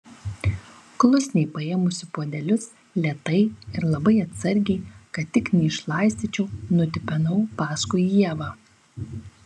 klusniai paėmusi puodelius lėtai ir labai atsargiai kad tik neišlaistyčiau nutipenau paskui ievą